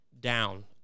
down